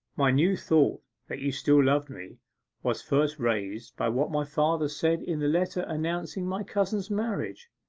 my new thought that you still loved me was first raised by what my father said in the letter announcing my cousin's marriage.